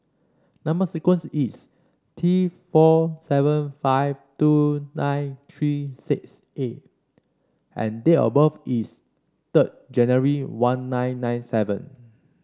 number sequence is T four seven five two nine three six A and date of birth is third January one nine nine seven